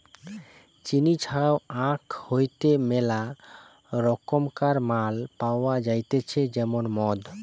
চিনি ছাড়াও আখ হইতে মেলা রকমকার মাল পাওয়া যাইতেছে যেমন মদ